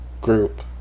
Group